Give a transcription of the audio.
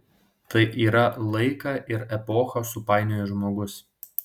tai yra laiką ir epochą supainiojęs žmogus